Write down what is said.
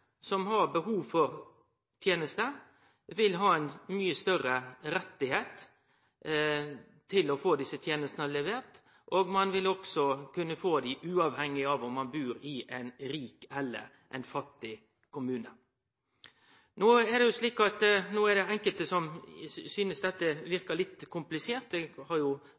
oppstår eit behov, utløyser det ei finansiering. Det betyr at den enkelte som har behov for tenester, vil ha ein mykje større rett til å få desse tenestene levert. Ein vil kunne få dei uavhengig av om ein bur i ein rik eller i ein fattig kommune. Det er enkelte som synest at dette verkar litt komplisert.